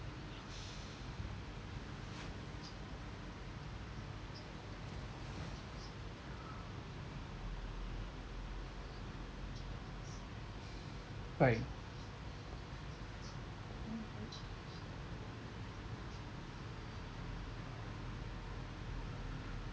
right